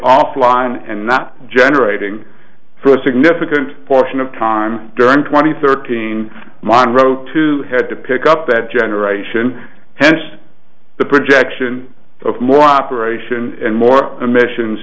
offline and not generating for a significant portion of time during twenty thirteen monro two had to pick up that generation hence the projection of more operation and more emissions